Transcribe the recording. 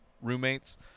roommates